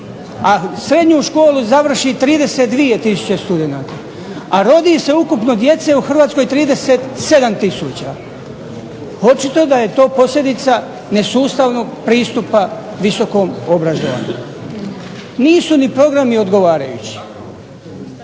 a srednju školu završi 32000 studenata, a rodi se ukupno djece u Hrvatskoj 37000. Očito da je to posljedica nesustavnog pristupa visokom obrazovanju. Nisu ni programi odgovarajući.